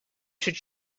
should